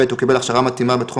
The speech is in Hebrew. (ב) הוא קיבל הכשרה מתאימה בתחום